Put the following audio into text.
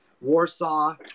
Warsaw